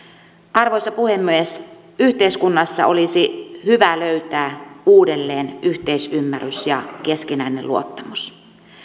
arvoisa puhemies yhteiskunnassa olisi hyvä löytää uudelleen yhteisymmärrys ja keskinäinen luottamus